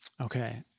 Okay